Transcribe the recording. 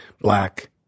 black